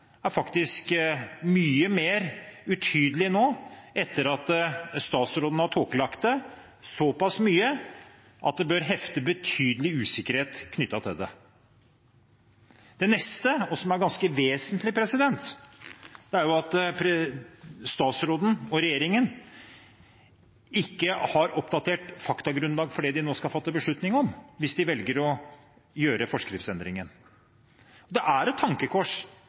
faktisk er mye mer utydelig nå, etter at statsråden har tåkelagt det såpass mye at det bør hefte betydelig usikkerhet ved det. Det neste, som er ganske vesentlig, er at statsråden og regjeringen ikke har et oppdatert faktagrunnlag for det de nå skal fatte en beslutning om, hvis de velger å gjøre forskriftsendringen. Det er et tankekors